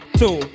two